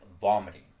vomiting